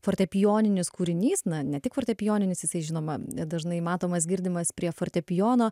fortepijoninis kūrinys na ne tik fortepijoninis jisai žinoma e dažnai matomas girdimas prie fortepijono